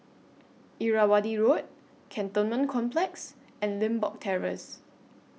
Irrawaddy Road Cantonment Complex and Limbok Terrace